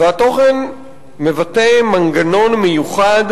והתוכן מבטא מנגנון מיוחד,